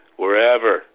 wherever